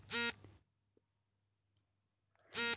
ತೆಂಗಿನ ಕಾಯಿ ಕೀಳಲು ಯಾವುದಾದರು ಪರಿಕರಗಳು ಇವೆಯೇ?